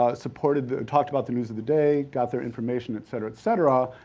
ah supported the, talked about the news of the day, got their information, et cetera, et cetera,